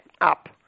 up